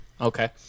Okay